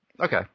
Okay